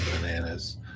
bananas